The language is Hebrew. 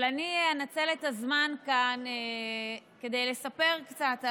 אבל אני אנצל את הזמן כאן כדי לספר קצת על